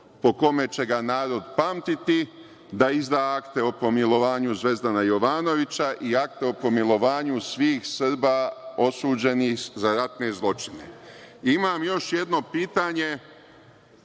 po kome će ga narod pamtiti, da izda akte o pomilovanju Zvezdana Jovanovića i akte o pomilovanju svih Srba osuđenih za ratne zločine. Imam još jedno pitanje